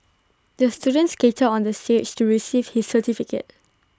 the student skated onto the stage to receive his certificate